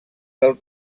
del